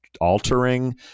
altering